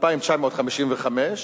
2,955,